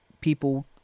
people